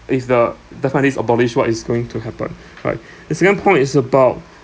if the death penalty is abolished what is going to happen right the second point is about